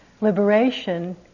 liberation